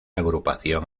agrupación